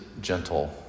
gentle